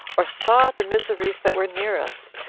or saw the miseries that were near us,